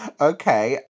Okay